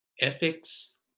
ethics